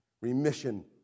Remission